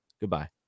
goodbye